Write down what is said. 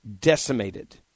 decimated